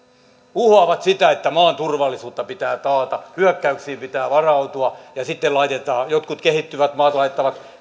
uhoavat sitä että maan turvallisuutta pitää taata hyökkäyksiin pitää varautua ja sitten jotkut kehittyvät maat laittavat